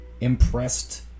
impressed